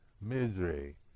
misery